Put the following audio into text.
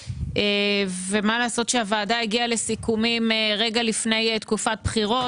ומה לעשות שהוועדה הגיעה לסיכומים רגע לפני תקופת בחירות.